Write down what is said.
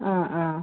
അ അ